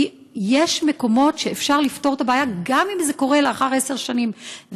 כי יש מקומות שאפשר לפתור את הבעיה גם אם זה קורה לאחר עשר שנים.